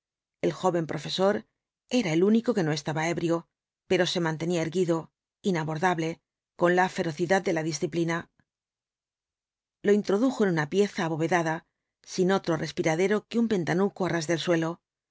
el joven profesor era el único que no estaba ebrio pero se mantenía erguido inabordable con la ferocidad de la disciplina lo introdujo en una pieza abovedada sin otro respiradero que un ventanuco á ras del suelo